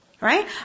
Right